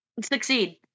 Succeed